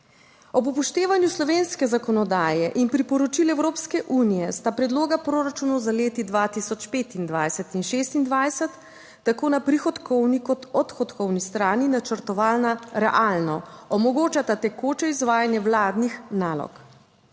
ob upoštevanju slovenske zakonodaje in priporočil Evropske unije sta predloga proračunov za leti 2025 in 2026 tako na prihodkovni kot odhodkovni strani načrtovana realno, **28. TRAK: (TB) - 11.15** (nadaljevanje)